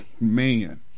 Man